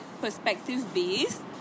perspective-based